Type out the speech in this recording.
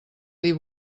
dir